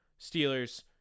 Steelers